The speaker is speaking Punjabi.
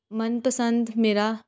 ਮਨਪਸੰਦ ਮੇਰਾ